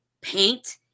Paint